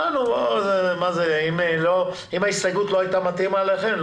אם ההסתייגות לא הייתה מתאימה לכם,